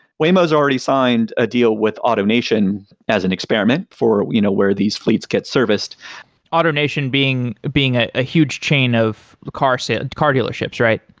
waymo has already signed a deal with autonation as an experiment for you know where these fleets get serviced autonation being being ah a huge chain of car so and car dealerships, right?